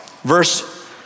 Verse